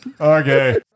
Okay